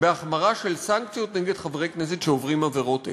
בהחמרה של סנקציות נגד חברי כנסת שעוברים עבירות אתיות,